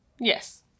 Yes